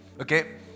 Okay